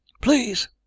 Please